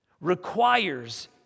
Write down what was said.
requires